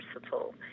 versatile